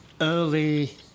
early